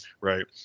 right